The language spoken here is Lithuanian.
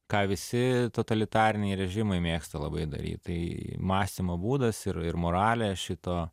ką visi totalitariniai režimai mėgsta labai daryt tai mąstymo būdas ir ir moralė šito